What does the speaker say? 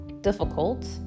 difficult